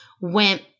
went